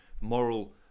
moral